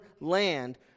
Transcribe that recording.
land